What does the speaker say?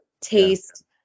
taste